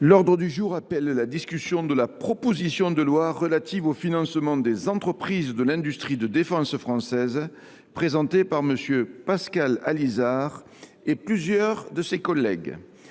L’ordre du jour appelle la discussion de la proposition de loi relative au financement des entreprises de l’industrie de défense française, présentée par M. Pascal Allizard et plusieurs de ses collègues